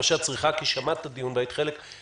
למרות שאת לא צריכה כי שמעת את הדיון אתמול והיית חלק ממנו